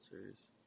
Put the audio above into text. Series